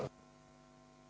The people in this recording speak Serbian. Hvala.